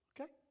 Okay